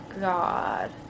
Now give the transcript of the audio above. God